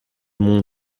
monde